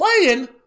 playing